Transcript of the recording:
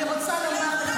אתה אפילו לא מדבר לעניין.